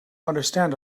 understand